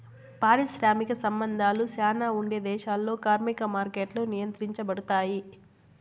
పారిశ్రామిక సంబంధాలు శ్యానా ఉండే దేశాల్లో కార్మిక మార్కెట్లు నియంత్రించబడుతాయి